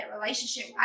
relationship